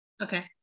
Okay